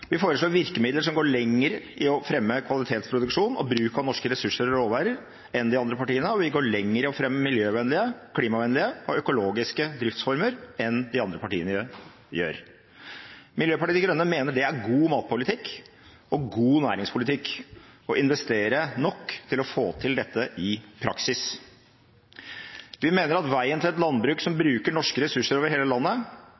Vi foreslår virkemidler som går lenger i å fremme kvalitetsproduksjon og bruk av norske ressurser og råvarer enn de andre partiene, og vi går lenger i å fremme miljøvennlige, klimavennlige og økologiske driftsformer enn de andre partiene gjør. Miljøpartiet De Grønne mener det er god matpolitikk og god næringspolitikk å investere nok til å få til dette i praksis. Vi mener at veien til et landbruk som